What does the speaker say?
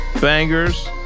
bangers